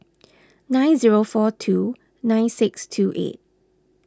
nine zero four two nine six two eight